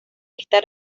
esta